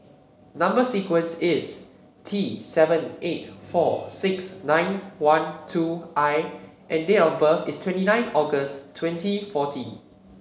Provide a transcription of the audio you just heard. number sequence is T seven eight four six nine one two I and date of birth is twenty nine August twenty fourteen